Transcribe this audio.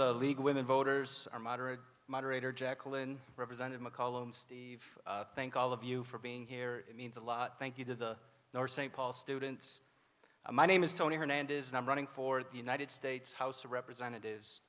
the league of women voters or moderate moderator jacqueline represented mccollum steve thank all of you for being here it means a lot thank you to the north st paul students my name is tony hernandez numb running for the united states house of representatives